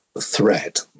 threat